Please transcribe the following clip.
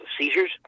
seizures